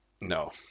No